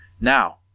Now